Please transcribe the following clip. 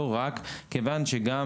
לא רק, כיוון שגם